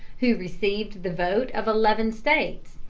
who received the vote of eleven states,